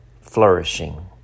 flourishing